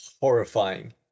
Horrifying